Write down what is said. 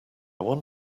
want